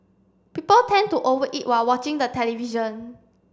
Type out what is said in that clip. people tend to over eat while watching the television